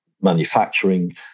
manufacturing